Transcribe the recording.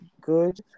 good